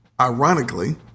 ironically